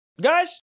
guys